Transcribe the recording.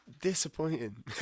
disappointing